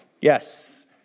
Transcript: yes